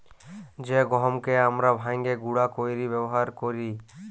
জ্যে গহমকে আমরা ভাইঙ্গে গুঁড়া কইরে ব্যাবহার কৈরি